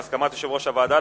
בהסכמת יושב-ראש הוועדה,